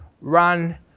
run